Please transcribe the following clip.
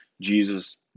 Jesus